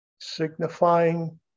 Signifying